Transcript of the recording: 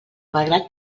malgrat